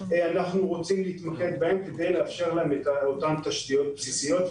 אנחנו רוצים להתמקד באותן רשויות כדי לאפשר להן את אותן תשתיות בסיסיות,